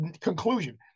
conclusion